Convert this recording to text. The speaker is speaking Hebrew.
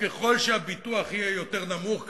וככל שהביטוח יהיה יותר נמוך,